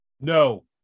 no